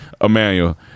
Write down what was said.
Emmanuel